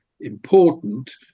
important